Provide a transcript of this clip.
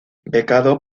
becado